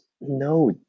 no